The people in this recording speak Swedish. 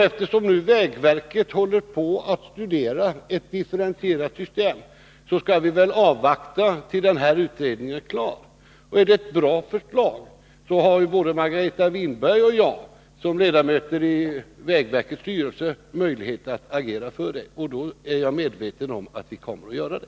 Eftersom nu vägverket håller på att studera ett differentierat system skall vi väl avvakta tills denna utredning är klar. Blir det ett bra förslag, så har ju både Margareta Winberg och jag som ledamöter av vägverkets styrelse möjlighet att agera för det — och jag är medveten om att vi då kommer att göra det.